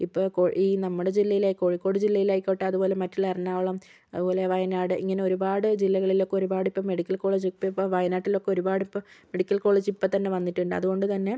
ഇപ്പോൾ കോ ഈ നമ്മുടെ ജില്ലയിലെ കോഴിക്കോട് ജില്ലയിൽ ആയിക്കോട്ടെ അതുപോലെ മറ്റുള്ള എറണാകുളം അതുപോലെ വയനാട് ഇങ്ങനെ ഒരുപാട് ജില്ലകളിൽ ഒക്കെ ഒരുപാട് ഇപ്പം മെഡിക്കൽ കോളേജ് ഇപ്പം വയനാട്ടിൽ ഒക്കെ ഒരുപാട് ഇപ്പം മെഡിക്കൽ കോളേജ് ഇപ്പം തന്നെ വന്നിട്ടുണ്ട് അതുകൊണ്ട് തന്നെ